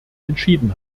entschieden